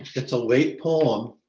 it's a late poem,